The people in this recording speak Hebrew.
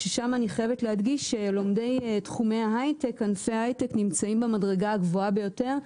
ששם אני חייבת להדגיש שלומדי ענפי ההייטק נמצאים במדרגה הגבוהה ביותר,